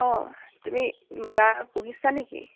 অঁ তুমি মূগা পুহিছা নেকি